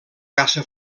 caça